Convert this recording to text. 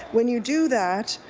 when you do that,